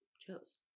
chose